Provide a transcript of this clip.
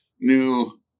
new